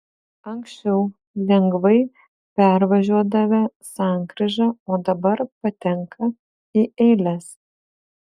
anksčiau lengvai pervažiuodavę sankryžą o dabar patenka į eiles